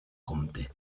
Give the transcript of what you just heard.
comte